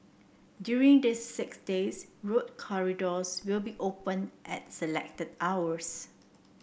during these six days road corridors will be open at selected hours